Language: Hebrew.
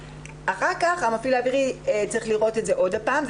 אחר כך המפעיל האווירי צריך לראות את זה עוד הפעם.